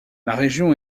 région